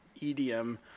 EDM